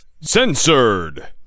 Censored